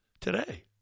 today